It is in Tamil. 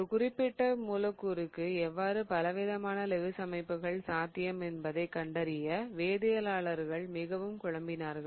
ஒரு தனிப்பட்ட மூலக்கூறுக்கு எவ்வாறு பலவிதமான லெவிஸ் அமைப்புகள் சாத்தியம் என்பதை கண்டறிய வேதியியலாளர்கள் மிகவும் குழம்பினார்கள்